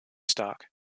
stock